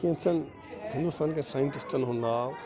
کینٛژَن ہِنٛدوستان کٮ۪ن ساینٹِسٹَن ہُنٛد ناو